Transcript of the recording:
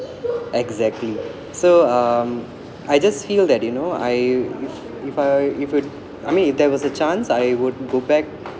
exactly so um I just feel that you know I if I if I mean if there was a chance I would go back